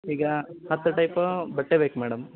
ಈಗ ಹತ್ತು ಟೈಪ್ ಬಟ್ಟೆ ಬೇಕು ಮೇಡಮ್